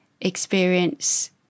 experience